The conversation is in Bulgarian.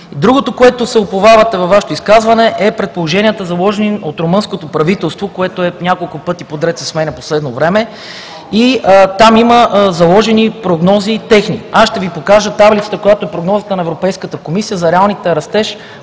Другото, на което се уповавате във Вашето изказване, са предположенията, заложени от румънското правителство, което няколко пъти подред се сменя в последно време и там има заложени прогнози. Ще Ви покажа таблицата, която е прогнозата на Европейската комисия за реалния растеж